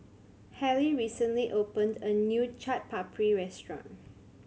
Hallie recently opened a new Chaat Papri Restaurant